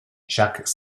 jacques